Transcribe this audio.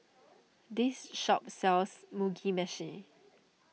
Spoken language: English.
this shop sells Mugi Meshi